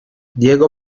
diego